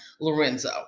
Lorenzo